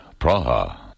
Praha